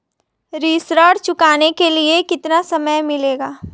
ऋण चुकाने के लिए कितना समय मिलेगा?